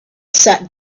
sat